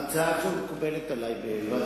ההצעה הזאת מקובלת עלי.